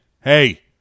hey